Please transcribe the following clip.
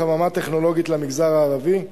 חממה טכנולוגית למגזר הערבי.